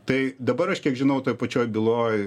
tai dabar aš kiek žinau toj pačioj byloj